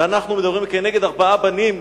אנחנו מדברים כנגד ארבעה בנים,